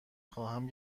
خواهم